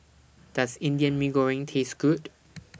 Does Indian Mee Goreng Taste Good